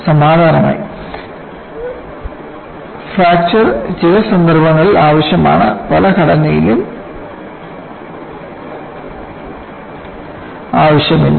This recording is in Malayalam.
അതുപോലെ ഫ്രാക്ചർ ചില സന്ദർഭങ്ങളിൽ ആവശ്യമാണ് പല ഘടനയിലും ഫ്രാക്ചർ ആവശ്യമില്ല